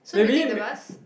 maybe may